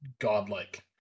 godlike